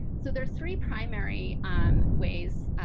so there are three primary um ways,